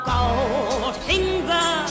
Goldfinger